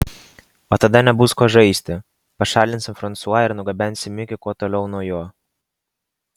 o tada nebus ko žaisti pašalinsi fransua ir nugabensi mikį kuo toliau nuo jo